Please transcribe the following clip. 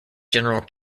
general